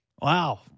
Wow